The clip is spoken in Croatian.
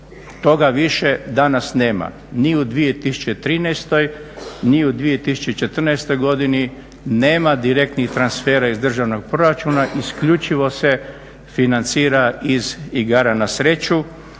Toga više danas nema ni u 2013. ni u 2014. godini nema direktnih transfera iz državnog proračuna, isključivo se financira iz igara na sreću